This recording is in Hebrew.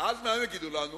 ואז מה הם יגידו לנו?